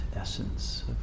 essence